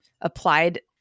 applied